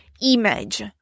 image